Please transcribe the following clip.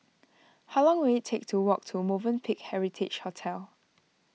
how long will it take to walk to Movenpick Heritage Hotel